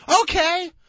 Okay